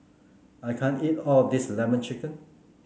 I can't eat all of this lemon chicken